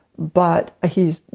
but he's.